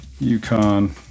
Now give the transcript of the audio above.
Yukon